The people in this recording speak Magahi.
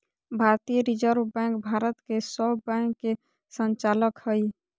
भारतीय रिजर्व बैंक भारत के सब बैंक के संचालक हइ